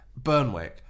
Burnwick